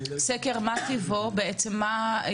מה טיבו של הסקר?